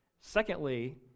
Secondly